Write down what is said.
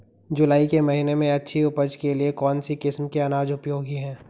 जुलाई के महीने में अच्छी उपज के लिए कौन सी किस्म के अनाज उपयोगी हैं?